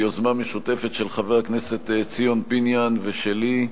ביוזמה משותפת של חבר הכנסת ציון פיניאן ושלי,